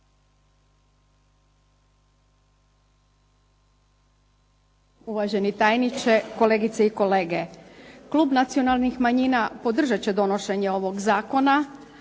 uvaženi tajniče, kolegice i kolege. Klub nacionalnih manjina podržat će donošenje ovog zakona,